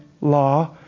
law